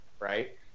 Right